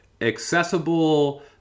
accessible